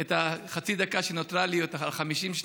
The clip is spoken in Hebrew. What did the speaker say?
את חצי הדקה שנותרה לי, או את 50 השניות,